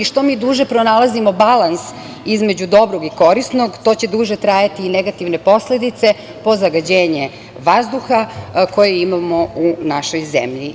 Što mi duže pronalazimo balans između dobrog i korisnog, to će duže trajati i negativne posledice po zagađenje vazduha koje imamo u našoj zemlji.